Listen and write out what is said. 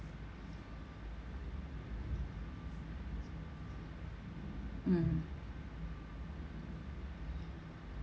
mm